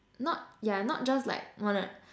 not yeah not just like wanna